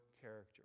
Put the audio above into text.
character